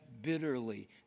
bitterly